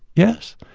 yes,